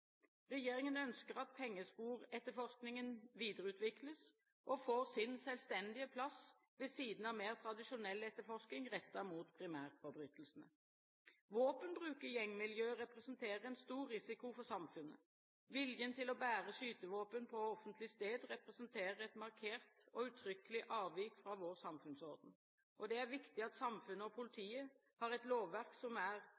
Regjeringen ønsker at pengesporetterforskingen videreutvikles og får sin selvstendige plass ved siden av mer tradisjonell etterforsking rettet mot primærforbrytelsene. Våpenbruk i gjengmiljøet representerer en stor risiko for samfunnet. Viljen til å bære skytevåpen på offentlig sted representerer et markert og uttrykkelig avvik fra vår samfunnsorden. Det er viktig at samfunnet og